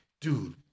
dude